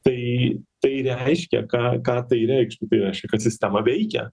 tai tai reiškia ką ką tai reikštų tai reiškia kad sistema veikia